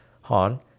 Han